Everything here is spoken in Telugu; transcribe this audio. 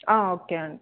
ఓకే అండి